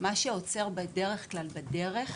מה שעוצר בדרך כלל בדרך